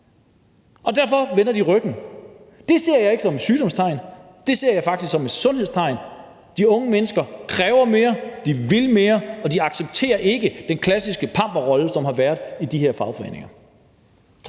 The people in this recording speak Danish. af. Derfor vender de det ryggen. Det ser jeg ikke som et sygdomstegn. Det ser jeg faktisk som et sundhedstegn. De unge mennesker kræver mere, de vil mere, og de accepterer ikke den klassiske pamperrolle, som har været i de her fagforeninger.